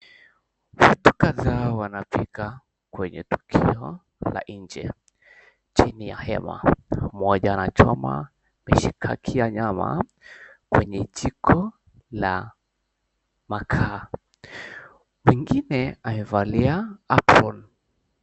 Watu kadhaa wanapika kwenye duka la nje chini ya hema moja anachoma mishikaki ya nyama kwenye jiko la makaa wengine amevalia apron .